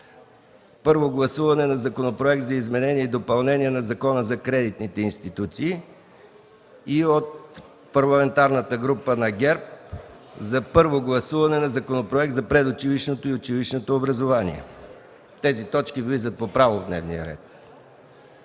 Първо гласуване на Законопроект за изменение и допълнение на Закона за кредитните институции. От Парламентарната група на ГЕРБ: Първо гласуване на Законопроект за предучилищното и училищното образование. Тези точки влизат по право в дневния ред.